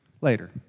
later